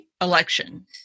election